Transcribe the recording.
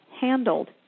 handled